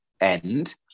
end